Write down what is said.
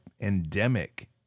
endemic